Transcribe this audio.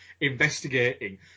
investigating